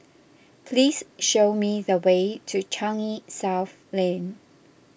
please show me the way to Changi South Lane